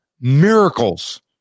Miracles